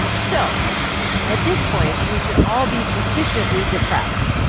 so at this point, we should all be sufficiently depressed.